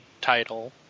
title